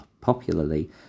popularly